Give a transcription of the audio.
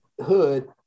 hood